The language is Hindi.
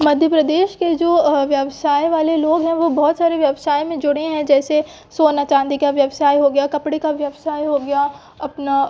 मध्य प्रदेश के जो व्यवसाय वाले लोग हैं वो बहुत सारे व्यवसाय में जुड़े हैं जैसे सोना चाँदी का व्यवसाय हो गया कपड़े का व्यवसाय हो गया अपना